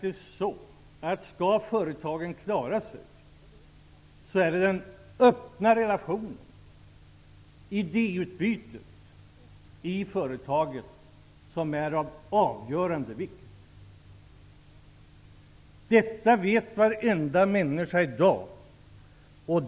Skall företagen klara sig är det den öppna relationen och idéutbytet i företagen som är av avgörande vikt. Detta vet i dag varenda människa.